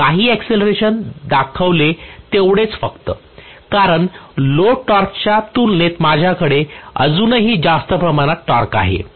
काही अक्सिलेरेशन दाखवले तेवढेच फक्त कारण लोड टॉर्कच्या तुलनेत माझ्याकडे अजूनही जास्त प्रमाणात टॉर्क आहे